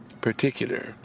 particular